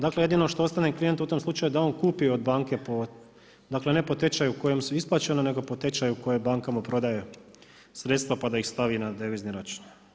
Dakle, jedino što ostane klijentu u tom slučaju da on kupi od banke, dakle ne po tečaju u kojem su isplaćena, nego po tečaju koje banka mu prodaje sredstva, pa da ih stavi na devizni račun.